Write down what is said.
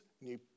new